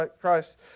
Christ